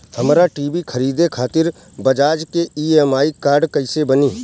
हमरा टी.वी खरीदे खातिर बज़ाज़ के ई.एम.आई कार्ड कईसे बनी?